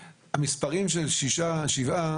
המספרים של 6 או 7,